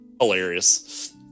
hilarious